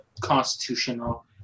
constitutional